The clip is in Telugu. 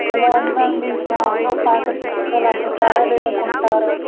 హలో అన్నా మీ షాప్లో పాత పుస్తకాలు అమ్ముతారా లేదా కొంటారా